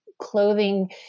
Clothing